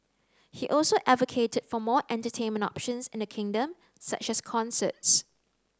he also advocated for more entertainment options in the kingdom such as concerts